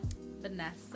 vanessa